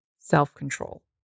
self-control